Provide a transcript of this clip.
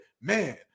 man